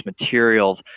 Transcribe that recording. materials